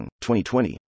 2020